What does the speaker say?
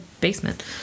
basement